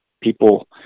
people